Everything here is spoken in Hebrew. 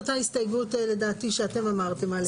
זאת אותה הסתייגות, לדעתי, שאתם אמרתם.